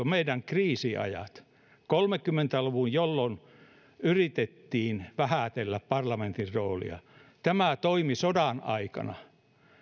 meidän kriisiajat kolmekymmentä luvun jolloin yritettiin vähätellä parlamentin roolia tämä toimi sodan aikana